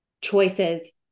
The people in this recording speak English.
choices